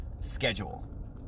schedule